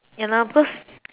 ya lah because